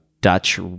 Dutch